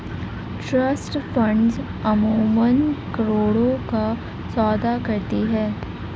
trust funds अमूमन करोड़ों का सौदा करती हैं